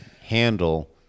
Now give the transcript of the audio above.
handle